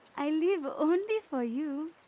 i live only for you.